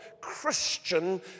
Christian